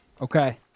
Okay